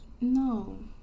No